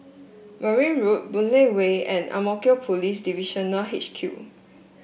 Merryn Road Boon Lay Way and Ang Mo Kio Police Divisional H Q